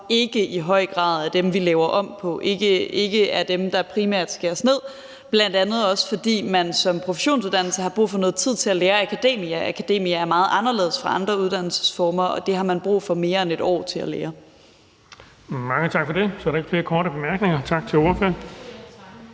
ikke i høj grad er dem, vi laver om på, altså ikke primært er dem, der skæres ned på – bl.a. også fordi man som professionsuddannet har brug for noget tid til at lære akademia. Akademia er meget anderledes end andre uddannelsesformer, og det har man brug for mere end et år til at lære. Kl. 17:42 Den fg. formand (Erling Bonnesen): Mange tak for det.